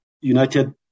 United